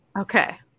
Okay